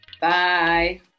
Bye